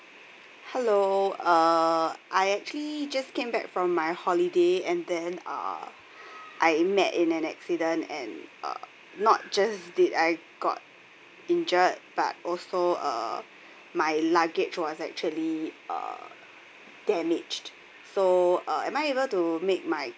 hello uh I actually just came back from my holiday and then uh I met in an accident and uh not just did I got injured but also uh my luggage was actually uh damaged so uh am I able to make my